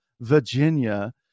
Virginia